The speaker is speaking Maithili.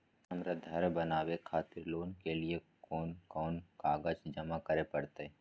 हमरा धर बनावे खातिर लोन के लिए कोन कौन कागज जमा करे परतै?